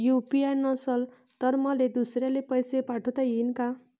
UPI नसल तर मले दुसऱ्याले पैसे पाठोता येईन का?